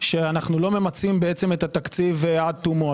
שאנו לא ממצים את התקציב עד תומו.